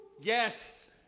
Yes